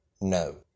No